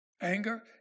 anger